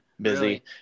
Busy